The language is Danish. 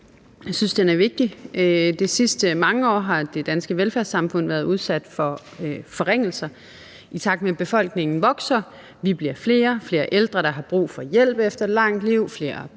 Jeg synes, den er vigtig. I de sidste mange år har det danske velfærdssamfund været udsat for forringelser, i takt med at befolkningen vokser. Vi bliver flere; der er flere ældre, der har brug for hjælp efter et langt liv; flere børn,